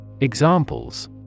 Examples